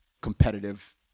competitive